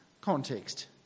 context